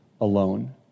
alone